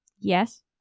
yes